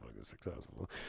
successful